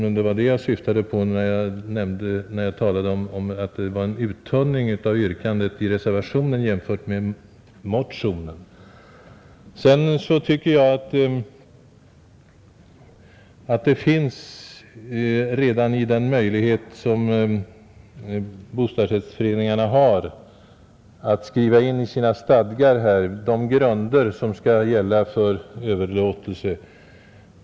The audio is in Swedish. Men det var det jag syftade på när jag talade om en uttunning av yrkandet i reservationen jämfört med motionen, Bostadsrättsföreningarna har redan en möjlighet att skriva in i sina stadgar de grunder som skall gälla för överlåtelse.